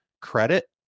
credit